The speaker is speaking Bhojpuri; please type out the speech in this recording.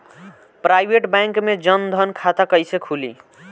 प्राइवेट बैंक मे जन धन खाता कैसे खुली?